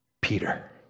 Peter